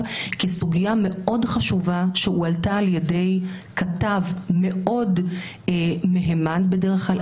כי זו סוגיה מאוד חשובה שהועלתה ע"י כתב מאוד מהימן בדרך כלל,